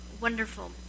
wonderful